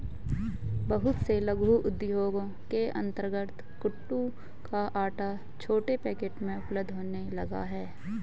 बहुत से लघु उद्योगों के अंतर्गत कूटू का आटा छोटे पैकेट में उपलब्ध होने लगा है